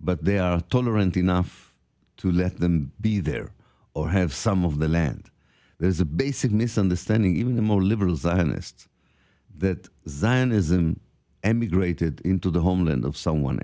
but they are tolerant enough to let them be there or have some of the land there is a basic misunderstanding even the more liberal zionists that zionism emigrated into the homeland of someone